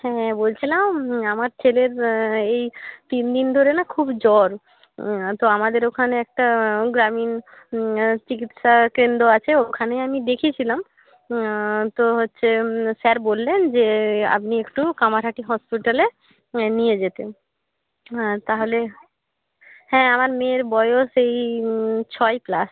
হ্যাঁ বলছিলাম আমার ছেলের এই তিন দিন ধরে না খুব জ্বর তো আমাদের ওখানে একটা গ্রামীণ চিকিৎসাকেন্দ্র আছে ওখানে আমি দেখিয়েছিলাম তো হচ্ছে স্যার বললেন যে আপনি একটু কামারহাটি হঁসপিটালে নিয়ে যেতে তাহলে হ্যাঁ আমার মেয়ের বয়স এই ছয় প্লাস